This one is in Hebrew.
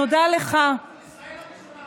תודה לך, ישראל הראשונה.